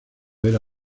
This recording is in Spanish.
era